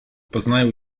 poznają